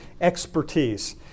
expertise